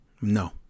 No